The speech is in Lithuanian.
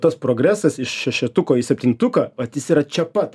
tas progresas iš šešetuko į septintuką vat jis yra čia pat